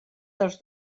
dels